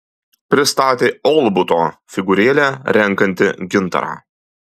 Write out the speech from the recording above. pristatė olbuto figūrėlę renkanti gintarą